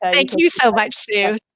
thank you so much, sue.